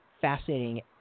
fascinating